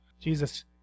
Jesus